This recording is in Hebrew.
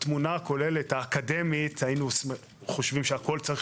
בתמונה האקדמית הכוללת היינו חושבים שהכול צריך